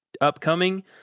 upcoming